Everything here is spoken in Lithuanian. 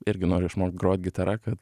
irgi noriu išmokt grot gitara kad